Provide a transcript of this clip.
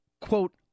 quote